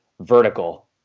vertical